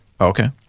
Okay